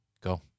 Go